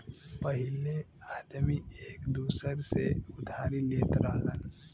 पहिले आदमी एक दूसर से उधारी लेत रहल